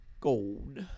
gold